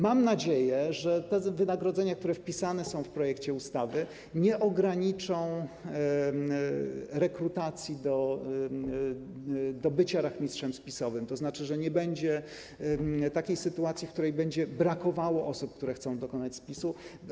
Mam nadzieję, że te wynagrodzenia, które są wpisane w projekcie ustawy, nie ograniczą zasięgu rekrutacji na stanowisko rachmistrza spisowego, to znaczy, że nie będzie takiej sytuacji, w której będzie brakowało osób, które chcą dokonać spisu.